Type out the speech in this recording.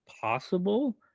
possible